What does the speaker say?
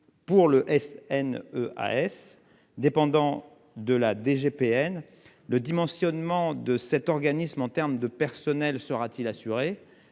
Pour le S N. AS dépendant de la DGPN le dimensionnement de cet organisme en termes de personnel sera-t-il assuré